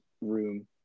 room